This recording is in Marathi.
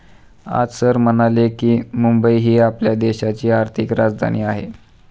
आज सर म्हणाले की, मुंबई ही आपल्या देशाची आर्थिक राजधानी आहे